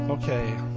Okay